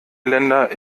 länder